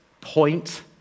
point